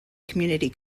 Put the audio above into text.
community